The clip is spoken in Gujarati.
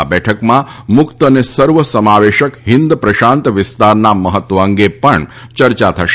આ બેઠકમાં મુક્ત અને સર્વસમાવેશક હિન્દ પ્રશાંત વિસ્તારના મહત્વ અંગે પણ ચર્ચા થશે